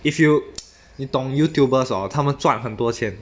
if you 你懂 YouTuber hor 他们赚很多钱